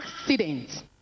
accident